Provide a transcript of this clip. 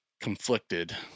conflicted